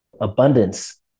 abundance